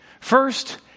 First